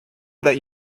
that